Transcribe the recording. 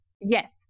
Yes